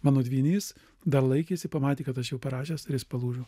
mano dvynys dar laikėsi pamatė kad aš jau parašęsir jis palūžo